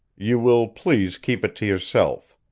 you will please keep it to yourself.